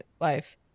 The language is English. life